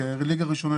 ליגה ראשונה,